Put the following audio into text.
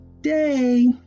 day